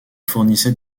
fournissait